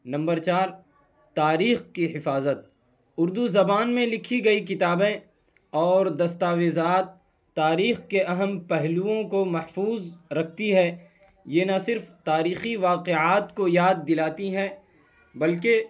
number چار تاریخ کی حفاظت اردو زبان میں لکھی گئی کتابیں اور دستاویزات تاریخ کے اہم پہلوؤں کو محفوظ رکھتی ہے یہ نہ صرف تاریخی واقعات کو یاد دلاتی ہیں بلکہ